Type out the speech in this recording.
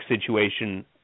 situation